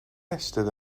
eistedd